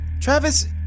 Travis